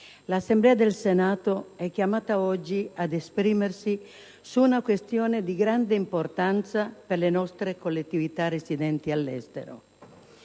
l'Assemblea del Senato è chiamata oggi ad esprimersi su una questione di grande importanza per le nostre collettività residenti all'estero.